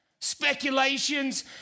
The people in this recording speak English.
speculations